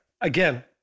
Again